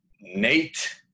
Nate